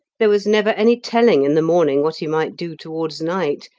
there was never any telling in the morning what he might do towards night,